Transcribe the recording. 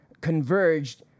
converged